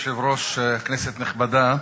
אדוני היושב-ראש, כנסת נכבדה,